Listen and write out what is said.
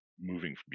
moving